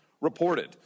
reported